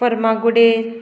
फर्मागुडे